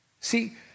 See